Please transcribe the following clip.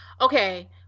Okay